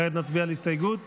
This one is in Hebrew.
כעת נצביע על הסתייגות 2א',